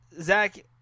zach